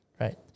right